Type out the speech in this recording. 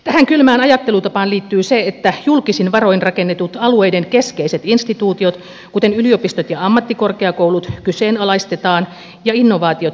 tähän kylmään ajattelutapaan liittyy se että julkisin varoin rakennetut alueiden keskeiset instituutiot kuten yliopistot ja ammattikorkeakoulut kyseenalaistetaan ja innovaatiot keskitetään